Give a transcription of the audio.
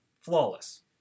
Flawless